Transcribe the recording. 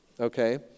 okay